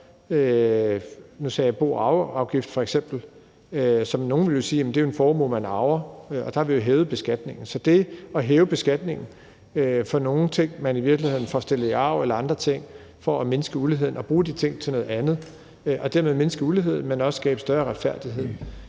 bo- og arveafgift – nogle vil jo sige, at det er en formue, man arver – og der har vi jo hævet beskatningen. Så det at hæve beskatningen for nogle ting, man i virkeligheden får i arv eller andre ting, for at mindske uligheden og bruge de ting til noget andet og dermed også skabe større retfærdighed